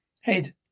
head